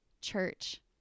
church